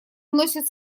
вносит